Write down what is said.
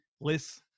list